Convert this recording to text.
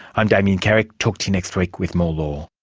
i'm damien carrick, talk to you next week with more law